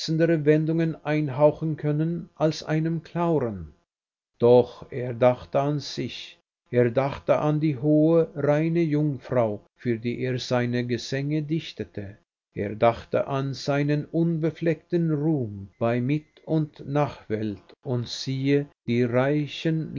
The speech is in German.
wendungen einhauchen können als einem clauren doch er dachte an sich er dachte an die hohe reine jungfrau für die er seine gesänge dichtete er dachte an seinen unbefleckten ruhm bei mit und nachwelt und siehe die reichen